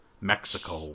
Mexico